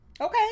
Okay